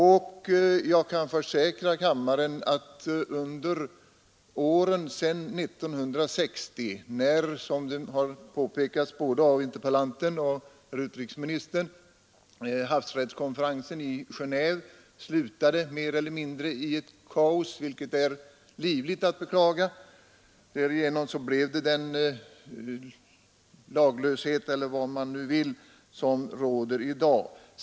Både interpellanten och herr utrikesministern har pekat på att havsrättskonferensen i Geneve år 1960 slutade mer eller mindre i ett kaos, vilket är livligt att beklaga. Därigenom uppstod den laglöshet, eller vad man vill kalla det, som råder i dag.